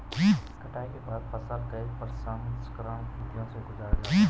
कटाई के बाद फसल को कई प्रसंस्करण विधियों से गुजारा जाता है